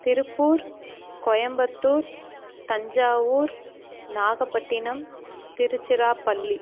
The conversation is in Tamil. திருப்பூர் கோயம்புத்தூர் தஞ்சாவூர் நாகப்பட்டினம் திருச்சிராப்பள்ளி